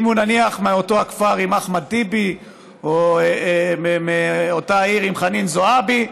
אם הוא נניח מאותו הכפר עם אחמד טיבי או מאותה עיר עם חנין זועבי,